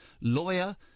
lawyer